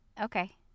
Okay